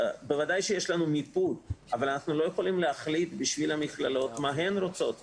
יש לנו מיפוי אבל אנחנו לא יכולים להחליט עבור המכללות מה הן רוצות.